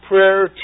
prayer